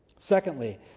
Secondly